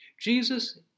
Jesus